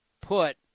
put